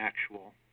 actual